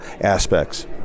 aspects